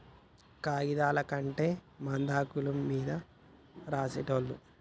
కాగిదాల కంటే ముందు ఆకుల మీద రాసేటోళ్ళు